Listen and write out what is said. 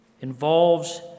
involves